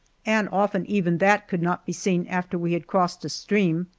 and often even that could not be seen after we had crossed a stream.